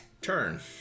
turn